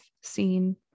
seen